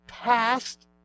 past